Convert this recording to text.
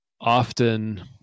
often